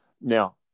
Now